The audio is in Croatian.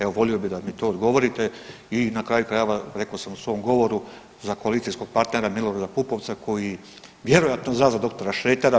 Evo volio bih da mi to odgovorite i na kraju krajeva rekao sam u svom govoru za koalicijskog partnera Milorada Pupovca koji vjerojatno zna za doktora Šretera.